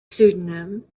pseudonym